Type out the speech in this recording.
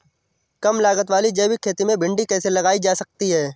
कम लागत वाली जैविक खेती में भिंडी कैसे लगाई जा सकती है?